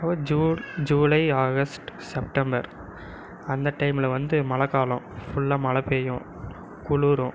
அப்போ June July August September அந்த டைமில் வந்து மழை காலம் ஃபுல்லாக மழை பேயும் குளிரும்